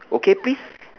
okay please